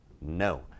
no